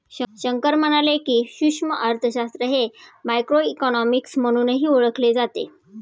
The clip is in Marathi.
शंकर म्हणाले की, सूक्ष्म अर्थशास्त्र हे मायक्रोइकॉनॉमिक्स म्हणूनही ओळखले जाते